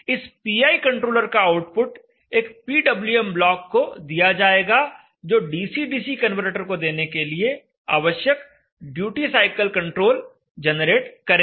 इस PI controller का output एक पीडब्ल्यूएम ब्लॉक को दिया जाएगा जो डीसी डीसी कन्वर्टर को देने के लिए आवश्यक ड्यूटी साइकिल कंट्रोल जनरेट करेगा